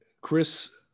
Chris